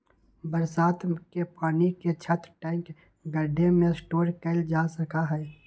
बरसात के पानी के छत, टैंक, गढ्ढे में स्टोर कइल जा सका हई